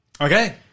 Okay